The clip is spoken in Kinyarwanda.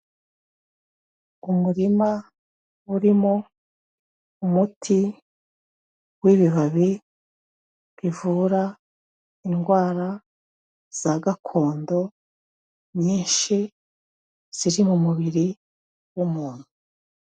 Umurima urimo umuti w'ibibabi bivura indwara za gakondo nyinshi ziri mu mubiri w'umuntu.